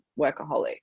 workaholic